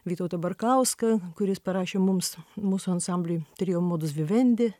vytautą barkauską kuris parašė mums mūsų ansambliui trio modus vivendi